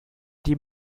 die